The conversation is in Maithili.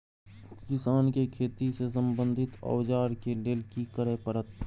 किसान के खेती से संबंधित औजार के लेल की करय परत?